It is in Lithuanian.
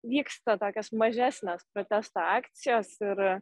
vyksta tokios mažesnės protesto akcijos ir